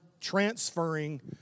transferring